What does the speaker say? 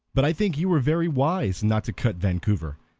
but i think you were very wise not to cut vancouver,